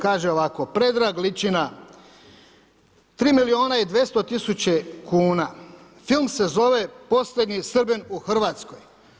Kaže ovako, Predrag Ličina, 3 milijuna i 200 000 kuna, film se zove „Posljednji Srbin u Hrvatskoj“